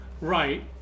Right